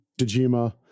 Dejima